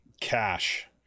cash